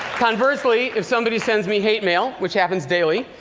conversely, if somebody sends me hate mail which happens daily